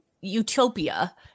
utopia